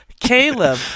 Caleb